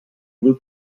blue